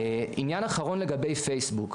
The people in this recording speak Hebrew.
עניין אחרון לגבי פייסבוק,